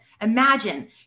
Imagine